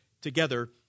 together